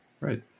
Right